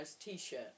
T-shirt